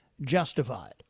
justified